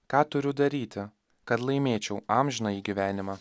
ką turiu daryti kad laimėčiau amžinąjį gyvenimą